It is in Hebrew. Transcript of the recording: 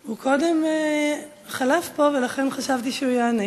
הוא קודם חלף פה, ולכן חשבתי שהוא יענה.